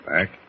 Back